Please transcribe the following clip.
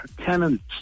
Tenants